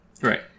Right